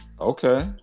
Okay